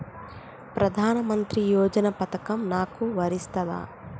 ప్రధానమంత్రి యోజన పథకం నాకు వర్తిస్తదా?